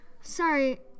Sorry